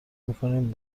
میکنیم